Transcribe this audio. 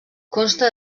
consta